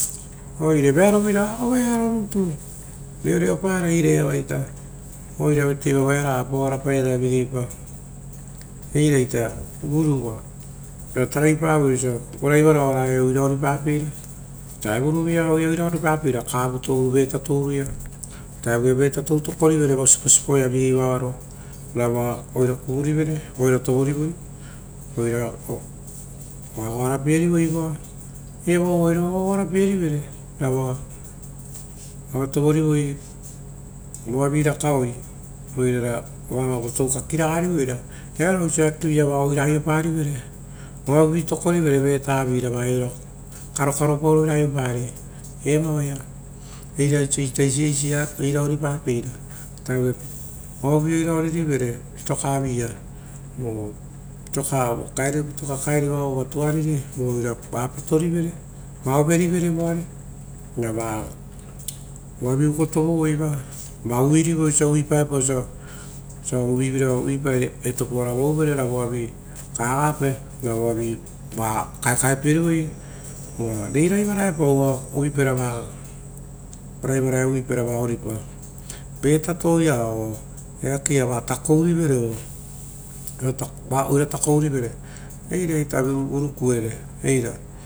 Oire vearo vira ovaia ro rutu, reoreopara ita eira iava iria ita vaera pa oira vateivaita varoia. eira vuruva uva taraipavie vo raivaroia oaraia oira oripapeira. Ovutaro vaia oira oripapeira vo tarovu toaroia, ovu taroviia vetatouri tokorivere va o vigei vo siposipoa roia ravoa oira kuvurivera oira tovorivoi oira goago arapierivo. evo uva oira goagoa rapierivere, ravoi oira tovorivoi ra voavi rakaoi ra voava votou kakiraga rivoi ra kearo oisi eakeva ra uavivu tokorivu vetavi ra oira aioparivere karokaro paoro eva oaia ita eisi eira ori papeira oavuia oira oririvere pito kaviia oo vitoka kaeri vao vova tuariri, va oira overivere, ra voavi uko tovoue na vavi uvuirivere oisio osia uvuipaepao osio osia uvuvira, ra petopao avauvere ra voavi kavape ra va kaekaepierivoi, uva rei raivaroepao uva uvuiparavao oripari, vetatoa or eakeia uvaipai va takouivere oo eira ita orukuere.